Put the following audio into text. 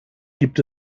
gibt